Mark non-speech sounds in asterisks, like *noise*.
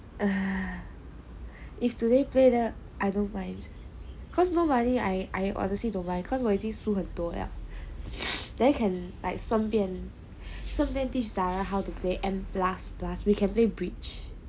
*laughs* if today play then I don't mind cause nobody I I honestly don't mind cause 我已经输很多 liao then can 顺便顺便 teach zara how to play and plus plus we can play bridge